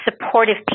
supportive